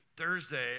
Thursday